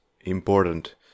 important